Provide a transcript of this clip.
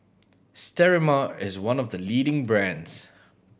Sterimar is one of the leading brands